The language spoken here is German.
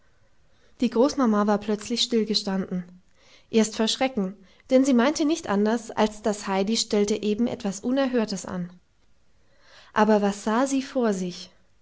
die großmama war plötzlich stillgestanden erst vor schrecken sie meinte nicht anders als das heidi stelle eben etwas unerhörtes an aber was sah sie vor sich